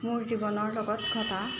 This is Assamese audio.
মোৰ জীৱনৰ লগত ঘটা